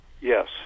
Yes